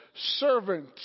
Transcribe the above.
servant